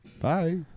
Bye